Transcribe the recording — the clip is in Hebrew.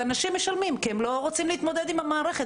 אנשים משלמים כי הם לא רוצים להתמודד עם המערכת.